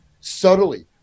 subtly